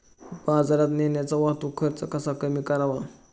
बाजारात नेण्याचा वाहतूक खर्च कसा कमी करावा?